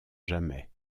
jamais